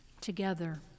together